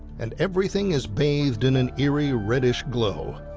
and everything is bathed in an eerie reddish glow.